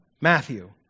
Matthew